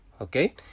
okay